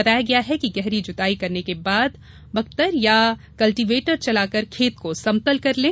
बताया गया है कि गहरी जुताई करने के बाद बक्खर या कल्टीवेटर चलाकर खेत को समतल कर लें